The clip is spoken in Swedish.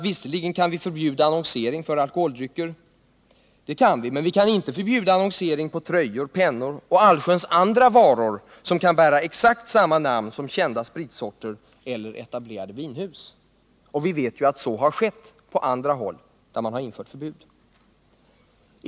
Visserligen kan vi förbjuda annonsering för alkoholdrycker, men vi kan inte förbjuda annonsering på tröjor, pennor och allsköns andra varor, som kan bära exakt samma namn som kända spritsorter eller etablerade vinhus. Vi vet att så har skett på andra håll där man har infört förbud.